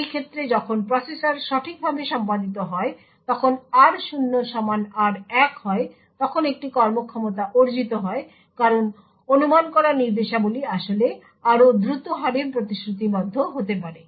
এই ক্ষেত্রে যখন প্রসেসর সঠিকভাবে সম্পাদিত হয় যখন r0 সমান r1 হয় তখন একটি কর্মক্ষমতা অর্জিত হয় কারণ অনুমান করা নির্দেশাবলী আসলে আরও দ্রুত হারে প্রতিশ্রুতিবদ্ধ হতে পারে